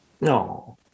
No